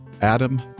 Adam